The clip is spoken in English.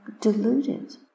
deluded